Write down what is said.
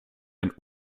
ein